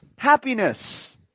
Happiness